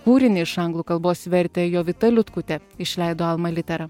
kūrinį iš anglų kalbos vertė jovita liutkutė išleido alma litera